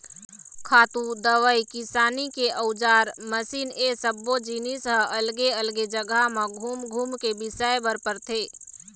खातू, दवई, किसानी के अउजार, मसीन ए सब्बो जिनिस ह अलगे अलगे जघा म घूम घूम के बिसाए बर परथे